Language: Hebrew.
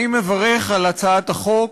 אני מברך על הצעת החוק,